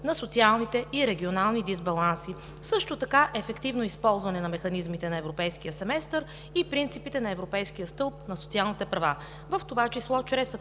на социалните и регионалните дисбаланси, също така ефективно използване на механизмите на Европейския семестър и принципите на Европейския стълб на социалните права,